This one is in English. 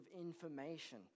information